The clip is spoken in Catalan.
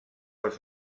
les